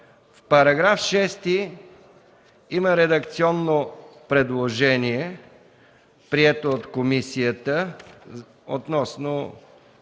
става § 7, има редакционно предложение, прието от комисията, относно